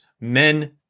men